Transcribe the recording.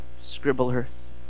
scribblers